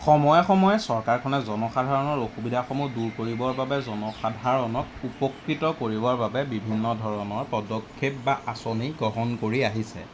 সময়ে সময়ে চৰকাৰখনে জনসাধাৰণৰ অসুবিধাসমূহ দূৰ কৰিবৰ বাবে জনসাধাৰণক উপকৃত কৰিবৰ বাবে বিভিন্ন ধৰণৰ পদক্ষেপ বা আঁচনি গ্ৰহণ কৰি আহিছে